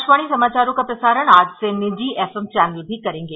आकाशवाणी समाचारों का प्रसारण आज से निजी एफएम चैनल भी करेंगे